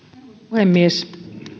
puhemies